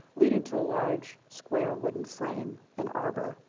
leading to a large square wooden frame, an arbor,